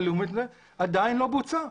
עדיין לא בוצעה.